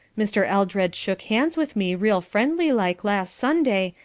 mr. eldred shook hands with me real friendly like last sunday,